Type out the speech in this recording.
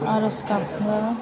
आरज गाबो